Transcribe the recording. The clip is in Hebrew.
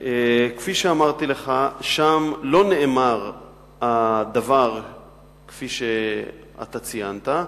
כפי שאמרתי לך, שם לא נאמר הדבר כפי שאתה ציינת,